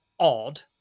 odd